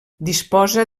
disposa